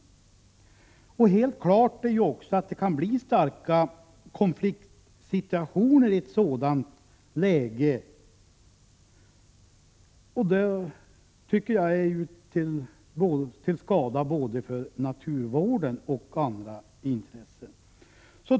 Det är också helt klart att det i ett sådant läge kan bli stora konfliktsituationer som är till skada för både naturvård och andra intressen.